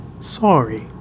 Sorry